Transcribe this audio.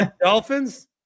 Dolphins